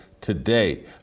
today